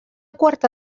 quarta